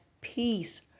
peace